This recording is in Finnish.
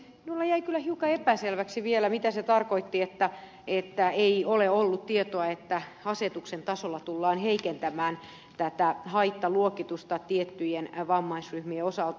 minulle jäi kyllä hiukan epäselväksi vielä mitä se tarkoitti että ei ole ollut tietoa että asetuksen tasolla tullaan heikentämään tätä haittaluokitusta tiettyjen vammaisryhmien osalta